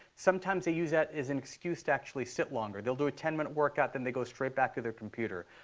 sometimes they use that as an excuse to actually sit longer. they'll do a ten minute workout, then they go straight back to their computer.